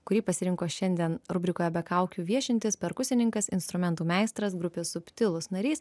kurį pasirinko šiandien rubrikoje be kaukių viešintis perkusininkas instrumentų meistras grupės subtilūs narys